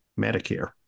Medicare